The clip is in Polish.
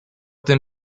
tym